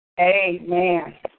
Amen